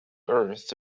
earth